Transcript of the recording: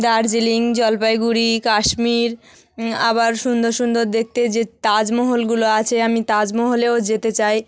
দার্জিলিং জলপাইগুড়ি কাশ্মীর আবার সুন্দর সুন্দর দেখতে যে তাজমহলগুলো আছে আমি তাজমহলেও যেতে চাই